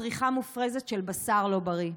צריכה מופרזת של בשר לא בריא.